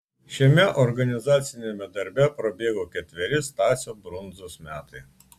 šiame organizaciniame darbe prabėgo ketveri stasio brundzos metai